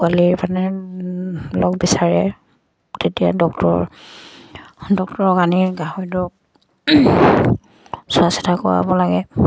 পোৱালিৰ মানে লগ বিচাৰে তেতিয়া ডক্টৰ ডক্টৰক আনি গাহৰিটো চোৱা চিতা কৰাব লাগে